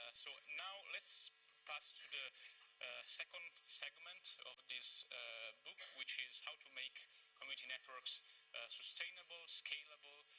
ah so now let's pass to the second segment of this book, which is how to make community networks sustainable, scalable,